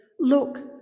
look